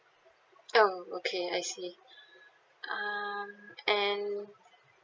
oh okay I see um and